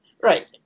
right